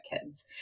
kids